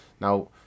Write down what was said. now